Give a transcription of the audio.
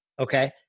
okay